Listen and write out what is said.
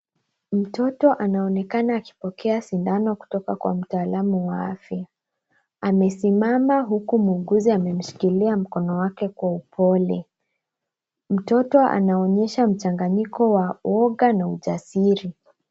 Mtoto anaonekana akipokea sindano kutoka kwa mtaalamu wa afya , amesimama huku muuguzi amemshikilia mkono wake kwa upole, mtoto anaonyesha mchanganyiko wa uwoga na ujasiri.